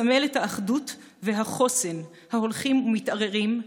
מסמל את האחדות והחוסן ההולכים ומתערערים,